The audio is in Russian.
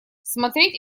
смотреть